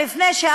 לפני,